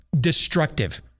destructive